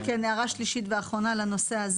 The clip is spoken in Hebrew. כן הערה שלישית ואחרונה לנושא,